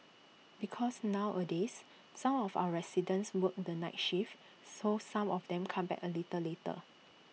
because nowadays some of our residents work the night shift so some of them come back A little later